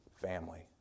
family